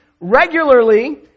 regularly